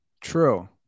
True